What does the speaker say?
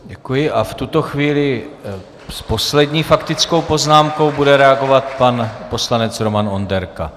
Děkuji a v tuto chvíli s poslední faktickou poznámkou bude reagovat pan poslanec Roman Onderka.